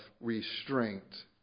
restraint